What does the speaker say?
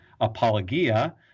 apologia